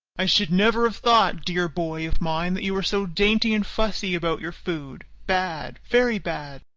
i should never have thought, dear boy of mine, that you were so dainty and fussy about your food. bad, very bad!